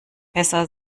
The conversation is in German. besser